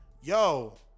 yo